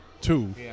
Two